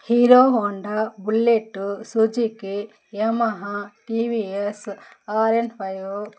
Hero Honda bullet Suzuki Yamaha TVS R one five